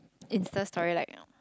Insta-Story like you know